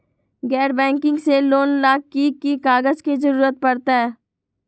गैर बैंकिंग से लोन ला की की कागज के जरूरत पड़तै?